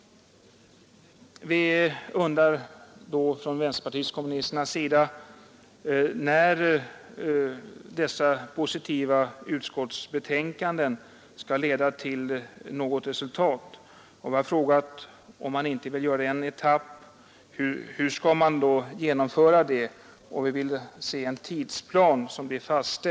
Vi undrar från vänsterpartiet kommunisterna när dessa positiva utskottsbetänkanden skall leda till något resultat. Vi har frågat hur man ämnar genomföra reformen, om man inte vill börja med en etapp, och vi vill se en fastställd tidsplan för genomförandet.